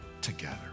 together